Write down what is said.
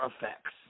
effects